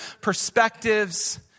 perspectives